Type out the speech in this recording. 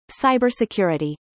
cybersecurity